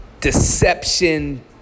Deception